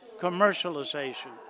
commercialization